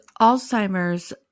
Alzheimer's